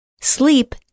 sleep